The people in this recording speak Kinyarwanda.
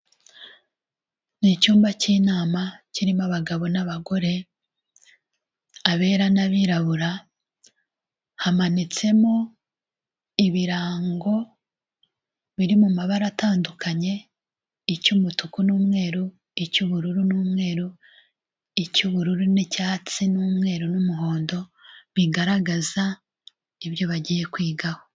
Ni icyumba cy'inama kirimo abagabo n'abagore, abera n'abirabura hamanitsemo ibirango biri mu mabara atandukanye icy'umutuku n'umweru, icy'ubururu n'umweru, icy'ubururu n'icyatsi n'umweru n'umuhondo bigaragaza ibyo bagiye kwigaho.